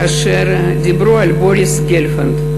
כאשר דיברו על בוריס גלפנד,